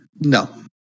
No